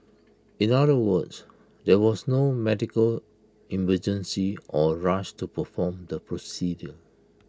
in other words there was no medical emergency or rush to perform the procedure